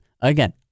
again